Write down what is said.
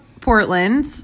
Portland